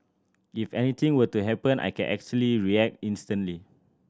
if anything were to happen I can actually react instantly